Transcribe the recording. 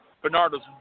Bernardo's